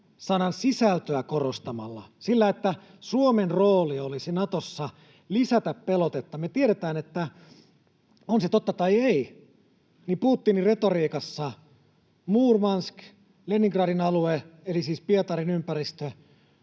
sisältöä korostamalla, sillä, että Suomen rooli olisi Natossa lisätä pelotetta. Me tiedetään, että — on se totta tai ei — Putinin retoriikassa Murmanskia ja Leningradin aluetta eli siis Pietarin ympäristöä